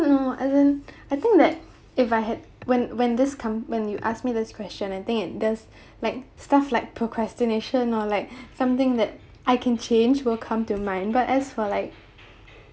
know as in I think that if I had when when this comes when you ask me this question I think it does like stuff like procrastination or like something that I can change will come to mind but as for like